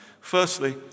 Firstly